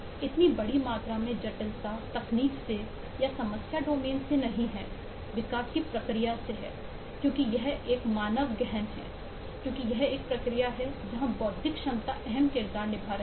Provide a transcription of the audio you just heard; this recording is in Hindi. इतनी बड़ी मात्रा में जटिलता तकनीक से या समस्या डोमेन से नहीं है विकास की प्रक्रिया से है क्योंकि यह एक मानव गहन है क्योंकि यह एक प्रक्रिया है जहां बौद्धिक क्षमता अहम किरदार निभा रही है